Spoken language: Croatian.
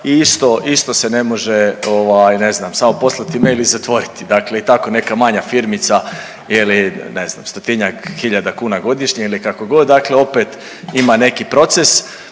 i isto se ne može ne znam samo poslati mail i zatvoriti dakle i tako neka manja firmica ne znam stotinjak hiljada kuna godišnje ili kakogod, dakle opet ima neki proces.